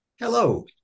Hello